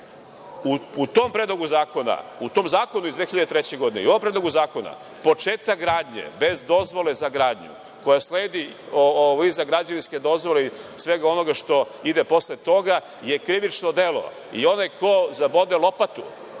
okruženja.U tom zakonu iz 2003. godine i ovom predlogu zakona početak gradnje bez dozvole za gradnju koja sledi iza građevinske dozvole i svega onoga što ide posle toga je krivično delo. Onaj ko zabode lopatu,